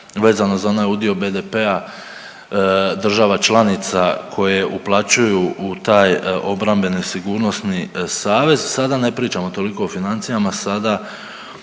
vezano za onaj udio BDP-a država članica koje uplaćuju u taj obrambeni sigurnosni savez, sada ne pričamo toliko o financijama, sada